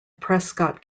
prescott